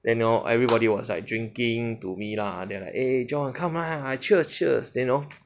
then you know everybody was like drinking to me lah then like eh john come lah cheers cheers you know